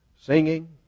Singing